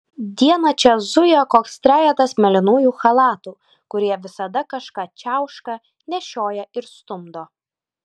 dieną čia zuja koks trejetas mėlynųjų chalatų kurie visada kažką čiauška nešioja ir stumdo